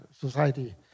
society